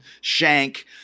shank